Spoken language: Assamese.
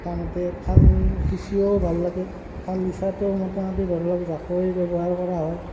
মোটামুটি খাল সিঁচিও ভাল লাগে খাল সিঁচাটো মোটামুটি ধৰি লওক জাকৈ ব্যৱহাৰ কৰা হয়